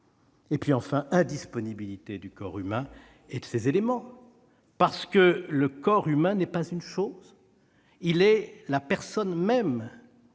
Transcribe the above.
; enfin, indisponibilité du corps humain et de ses éléments, parce que le corps n'est pas une chose, il est la personne même